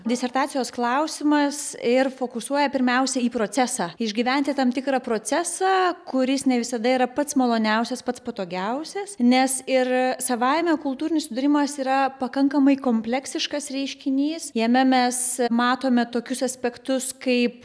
disertacijos klausimas ir fokusuoja pirmiausia į procesą išgyventi tam tikrą procesą kuris ne visada yra pats maloniausias pats patogiausias nes ir savaime kultūrinis sudūrimas yra pakankamai kompleksiškas reiškinys jame mes matome tokius aspektus kaip